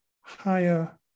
higher